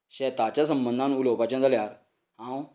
शेताच्या संबदान उलोवपाचे जाल्यार हांव